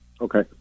Okay